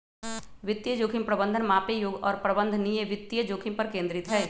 वित्तीय जोखिम प्रबंधन मापे योग्य और प्रबंधनीय वित्तीय जोखिम पर केंद्रित हई